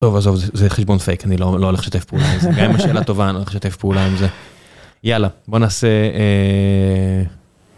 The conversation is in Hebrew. טוב עזוב זה חשבון פייק אני לא הולך לשתף פעולה עם זה, גם אם השאלה טובה אני הולך לשתף פעולה עם זה, יאללה בוא נעשה.